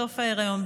סוף ההיריון,